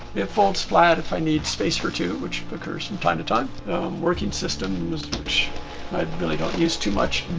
it folds flat if i need space for two, which occurs from time to time. a working system which i really don't use too much.